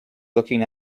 looking